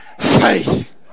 faith